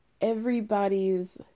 everybody's